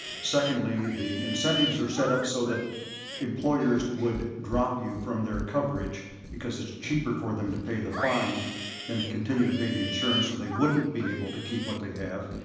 secondly, the incentives are set up so that employers would drop you from their coverage because it's cheaper for them to pay the fine than to continue to pay the insurance, so they wouldn't be able to keep what they have.